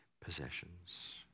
possessions